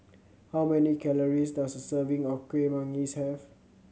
how many calories does a serving of Kuih Manggis have